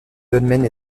dolmens